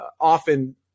often